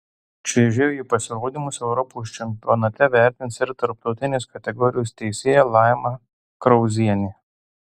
čiuožėjų pasirodymus europos čempionate vertins ir tarptautinės kategorijos teisėja laima krauzienė